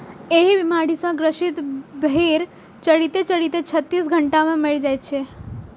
एहि बीमारी सं ग्रसित भेड़ चरिते चरिते छत्तीस घंटा मे मरि जाइ छै